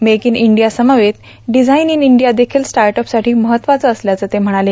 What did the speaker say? make in India समवेत design in India देखील startup साठी महत्वाचं असल्याचं ते म्हणाले